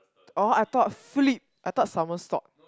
oh I thought flip I thought somersault